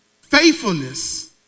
faithfulness